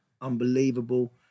unbelievable